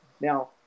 Now